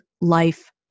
life